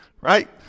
Right